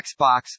Xbox